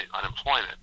unemployment